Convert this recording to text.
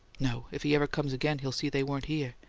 no if he ever comes again he'd see they weren't here.